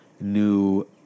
new